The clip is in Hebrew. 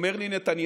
אמר לי נתניהו: